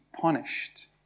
punished